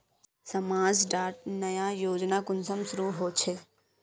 समाज डात नया योजना कुंसम शुरू होछै?